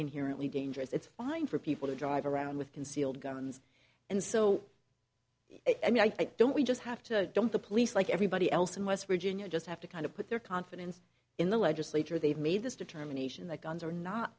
inherently dangerous it's fine for people to drive around with concealed guns and so i mean i don't we just have to don't the police like everybody else in west virginia just have to kind of put their confidence in the legislature they've made this determination that guns are not